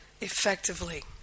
effectively